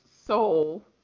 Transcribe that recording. soul